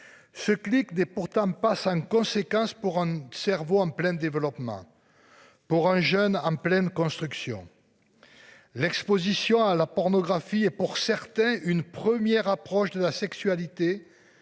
Ce clique des pourtant pas sans conséquence pour un cerveau en plein développement. Pour un jeune en pleine construction. L'Exposition à la pornographie et pour certains une première approche de la sexualité.